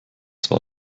zwar